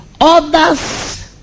others